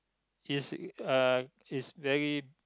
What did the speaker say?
is uh is very